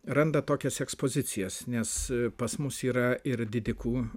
randa tokias ekspozicijas nes pas mus yra ir didikų